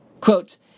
Quote